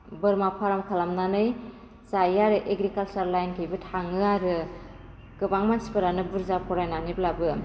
बोरमा फार्म खालामनानै जायो आरो एग्रिकालसार लाइनजोंबो थाङो आरो गोबां मानसिफोरानो बुरजा फरायनानैब्लाबो